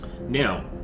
Now